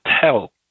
tell